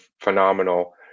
phenomenal